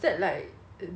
the most fun trip